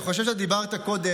אני חושב שאתה דיברת קודם,